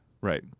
Right